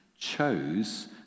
chose